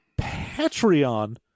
Patreon